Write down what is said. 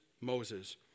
Moses